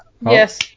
Yes